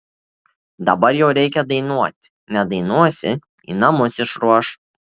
dabar jau reikia dainuoti nedainuosi į namus išruoš